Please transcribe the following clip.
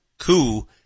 Coup